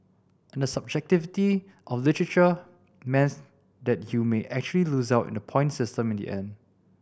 and the subjectivity of literature means that you may actually lose out in the point system in the end